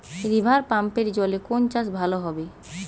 রিভারপাম্পের জলে কোন চাষ ভালো হবে?